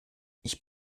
ich